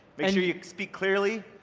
make sure you speak clearly,